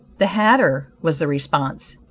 the hatter, was the response.